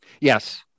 yes